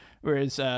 whereas